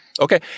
Okay